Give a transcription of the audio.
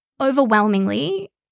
overwhelmingly